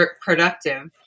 productive